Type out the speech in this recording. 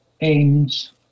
aims